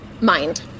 Mind